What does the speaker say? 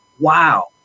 wow